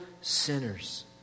sinners